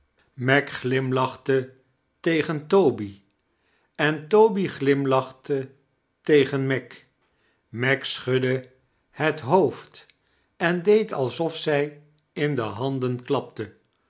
meg glimlaohte tegen toby en toby glimlachte tegen meg meg sohudde het hoofd en deed alsof zij in de handen klapte